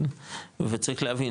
כן וצריך להבין,